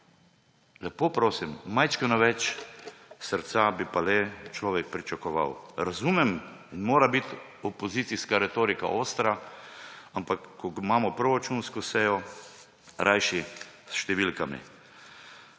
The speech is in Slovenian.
Lepo prosim, malo več srca bi pa človek le pričakoval. Razumem, mora biti opozicijska retorika ostra, ampak ko imamo proračunsko sejo, rajši s številkami.